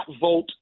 vote